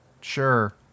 sure